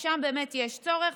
כי שם באמת יש צורך,